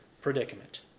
predicament